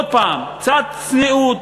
עוד פעם: קצת צניעות,